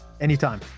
Anytime